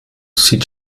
sieht